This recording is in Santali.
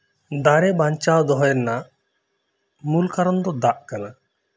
ᱫᱟᱨᱮ ᱵᱟᱧᱪᱟᱣ ᱫᱚᱦᱚᱭ ᱨᱮᱱᱟᱜ ᱢᱩᱞ ᱠᱟᱨᱚᱱ ᱫᱚ ᱫᱟᱜ ᱠᱟᱱᱟ